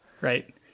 right